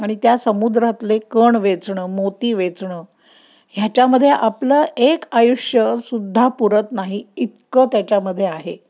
आणि त्या समुद्रातले कण वेचणं मोती वेचणं ह्याच्यामध्ये आपलं एक आयुष्य सुद्धा पुरत नाही इतकं त्याच्यामध्ये आहे